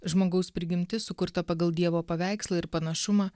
žmogaus prigimtis sukurta pagal dievo paveikslą ir panašumą